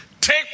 take